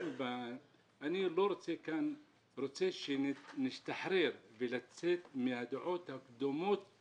אני רוצה שנשתחרר ונצא מהדעות הקדומות